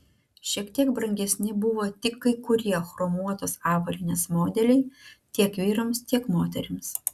šiek tiek brangesni buvo tik kai kurie chromuotos avalynės modeliai tiek vyrams tiek moterims